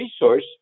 resource